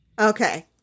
Okay